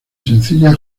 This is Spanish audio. sencilla